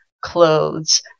clothes